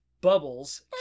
Bubbles